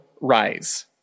Rise